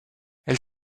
elle